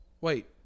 Wait